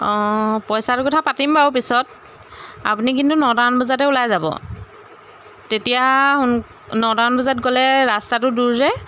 অঁ পইচাটো কথা পাতিম বাৰু পিছত আপুনি কিন্তু নটামান বজাতে ওলাই যাব তেতিয়া নটামান বজাত গ'লে ৰাস্তাটো দূৰ যে